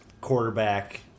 quarterback